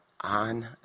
on